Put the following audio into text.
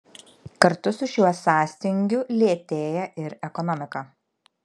kartu su šiuo sąstingiu lėtėja ir ekonomika